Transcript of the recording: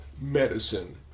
medicine